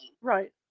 Right